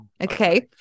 okay